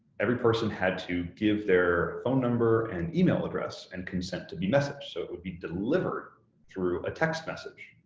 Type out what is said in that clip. every person had to give their phone number and email address and consent to be messaged, so it would be delivered through a text message.